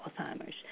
Alzheimer's